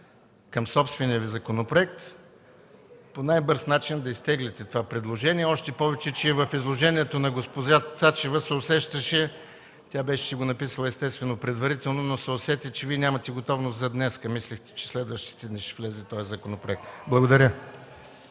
към собствения Ви законопроект, по най-бърз начин да изтеглите това предложение, още повече че и в изложението на госпожа Цачева се усещаше – тя беше си го написала, естествено, предварително, че Вие нямате готовност за днес. Мислехте, че следващите дни ще влезе този законопроект. Благодаря.